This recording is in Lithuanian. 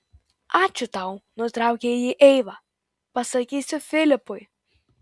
ačiū tau nutraukė jį eiva pasakysiu filipui